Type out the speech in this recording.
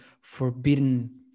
forbidden